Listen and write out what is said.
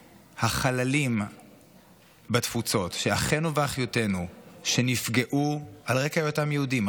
שהחללים בתפוצות של אחינו ואחיותינו שנפגעו על רקע היותם יהודים,